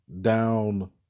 down